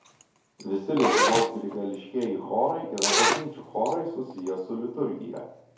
visi lietuvos grigališkieji chorai yra bažnyčių chorai susiję su liturgija